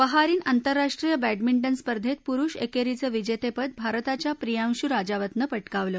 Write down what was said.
Bahrain आंतरराष्ट्रीय badminton स्पर्धेत पुरुष एकेरीचं विजेतेपद भारताच्या प्रियांशु राजावतनं पटकावलं